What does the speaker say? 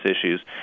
issues